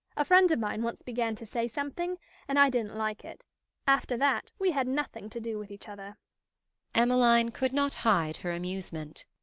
a friend of mine once began to say something and i didn't like it after that we had nothing to do with each other emmeline could not hide her amusement.